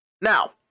now